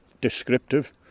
descriptive